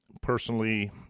Personally